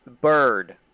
bird